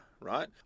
right